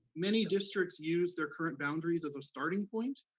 many districts use their current boundaries as a starting point,